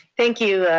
thank you,